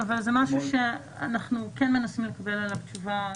אבל זה משהו שאנחנו כן מנסים לקבל עליו תשובה.